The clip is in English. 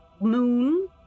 moon